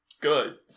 Good